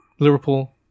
Liverpool